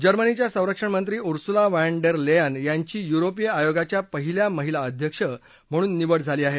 जर्मनीच्या संरक्षणमंत्री Ursula von der Leyen यांची युरोपीय आयोगाच्या पहिल्या महिला अध्यक्ष म्हणून निवड झाली आहे